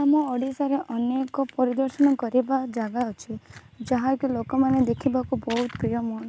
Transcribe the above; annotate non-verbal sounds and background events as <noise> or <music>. ଆମ ଓଡ଼ିଶାର ଅନେକ ପରିଦର୍ଶନ କରିବା ଜାଗା ଅଛି ଯାହାକି ଲୋକମାନେ ଦେଖିବାକୁ ବହୁତ <unintelligible>